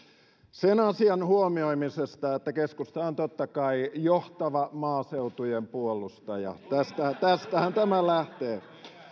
sen asian huomioimisesta että keskusta on totta kai johtava maaseutujen puolustaja tästähän tästähän tämä lähtee